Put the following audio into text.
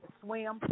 swim